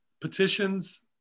petitions